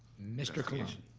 mr. colon.